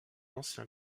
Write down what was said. ancien